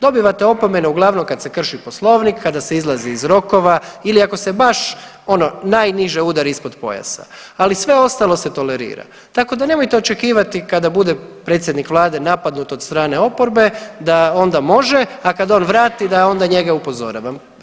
Dobivate opomene uglavnom kad se krši poslovnik, kada se izlazi iz rokova ili ako se baš ono najniže udari ispod pojasa, ali sve ostalo se tolerira tako da nemojte očekivati kada bude predsjednik vlade napadnut od strane oporbe da onda može, a kad on vrati da onda njega upozoravam.